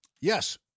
Yes